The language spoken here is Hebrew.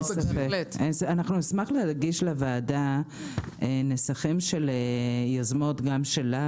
אנחנו נשמח להגיש לוועדה נסחים של יוזמות גם של לשכת